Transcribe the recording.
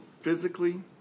physically